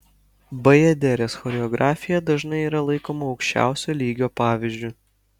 bajaderės choreografija dažnai yra laikoma aukščiausio lygio pavyzdžiu